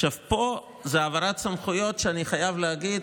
עכשיו פה זה העברת סמכויות שאני חייב להגיד,